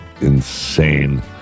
insane